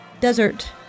desert